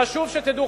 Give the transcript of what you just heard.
חשוב שתדעו,